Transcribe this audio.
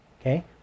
Okay